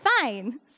fine